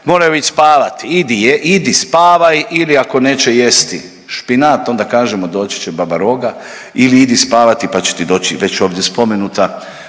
moraju ić spavat „idi spavaj“ ili ako neće jesti špinat onda kažemo „doći će baba roga“ ili idi spavati pa će ti doći već ovdje spomenuta